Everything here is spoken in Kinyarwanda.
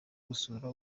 gusura